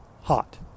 hot